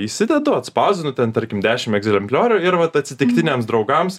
įsidedu atspausdinu ten tarkim dešim egzempliorių ir vat atsitiktiniams draugams